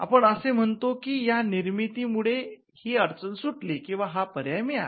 आपण असे म्हणतो की या निर्मिती मुळे ही अडचण सुटली किंवा हा पर्याय मिळाला